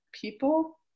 people